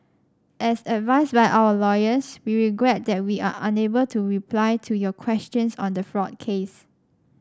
as advised by our lawyers we regret that we are unable to reply to your questions on the fraud case